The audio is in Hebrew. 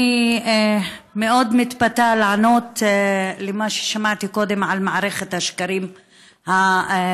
אני מאוד מתפתה לענות למה ששמעתי קודם על מערכת השקרים הפלסטינית,